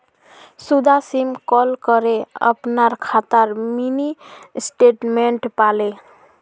सुधा miss call करे अपनार खातार मिनी स्टेटमेंट पाले